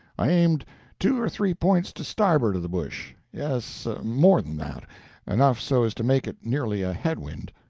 i aimed two or three points to starboard of the bush yes, more than that enough so as to make it nearly a head-wind.